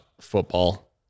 football